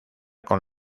con